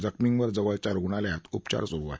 जखमींवर जवळच्या रुग्णालयात उपचार सुरु आहेत